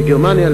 לגרמניה,